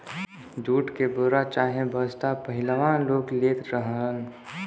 jute के बोरा चाहे बस्ता पहिलवां लोग लेत रहलन